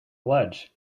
ledge